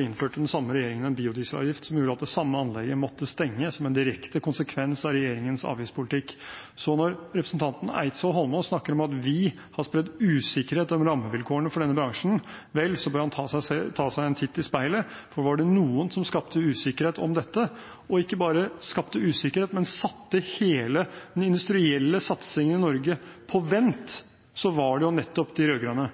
innførte den samme regjeringen en biodieselavgift som gjorde at det samme anlegget måtte stenge, som en direkte konsekvens av regjeringens avgiftspolitikk. Så når representanten Eidsvoll Holmås snakker om at vi har spredd usikkerhet om rammevilkårene for denne bransjen, vel, da bør han ta en titt i speilet, for var det noen som skapte usikkerhet om dette – og ikke bare skapte usikkerhet, men satte hele den industrielle satsingen i Norge på vent – var det jo nettopp de